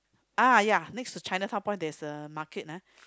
ah ya next to Chinatown-Point there is a market ah